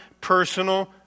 personal